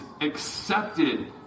accepted